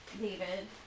David